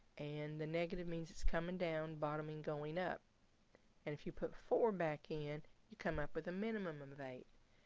and the negative means it's coming down, bottoming, going up and if you put four back in you come up with a minimum of eight.